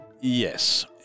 Yes